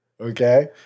Okay